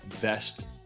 best